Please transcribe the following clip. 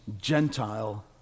Gentile